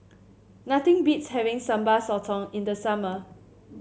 nothing beats having Sambal Sotong in the summer